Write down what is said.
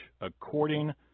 according